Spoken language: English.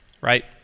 right